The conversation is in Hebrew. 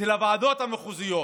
ואצל הוועדות המחוזיות.